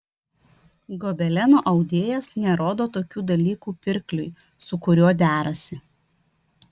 gobelenų audėjas nerodo tokių dalykų pirkliui su kuriuo derasi